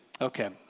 Okay